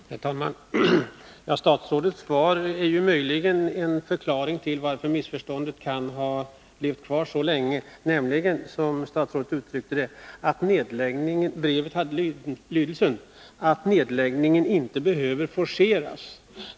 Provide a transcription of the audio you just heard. Herr talman! Statsrådets svar är möjligen en förklaring till att missförståndet kan ha levat kvar så länge. Brevet hade ju den lydelsen, att nedläggningen inte behöver forceras.